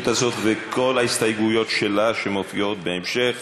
הזאת ואת כל ההסתייגויות שלה שמופיעות בהמשך.